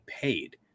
paid